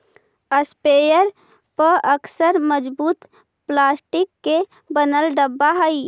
sprayer पअक्सर मजबूत plastic के बनल डब्बा हई